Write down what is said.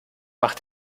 mach